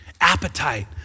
Appetite